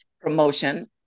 promotion